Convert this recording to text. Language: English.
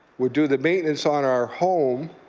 would do the maintenance on our homehome,